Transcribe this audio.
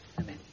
amen